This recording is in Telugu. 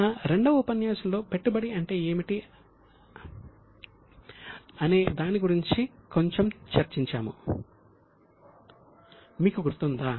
మన రెండవ ఉపన్యాసంలో పెట్టుబడి అంటే ఏమిటనే దాని గురించి కొంచెం చర్చించాము మీకు గుర్తుందా